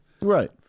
Right